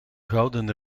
gouden